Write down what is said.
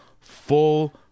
full